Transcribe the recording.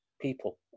people